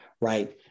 Right